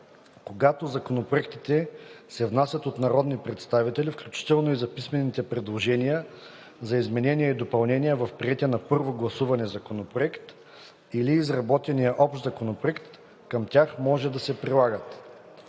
Когато законопроектите се внасят от народни представители, включително и за писмените предложения за изменения и допълнения в приетия на първо гласуване законопроект или изработения общ законопроект, към тях може да се прилагат: